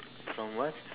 from what